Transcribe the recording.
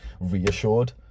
reassured